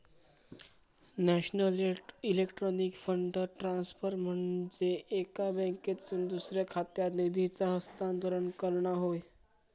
national electronic fund transfer म्हनजे एका बँकेतसून दुसऱ्या खात्यात निधीचा हस्तांतरण करणा होय